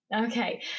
Okay